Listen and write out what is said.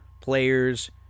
players